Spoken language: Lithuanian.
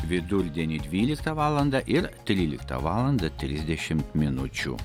vidurdienį dvyliktą valandą ir tryliktą valandą trisdešimt minučių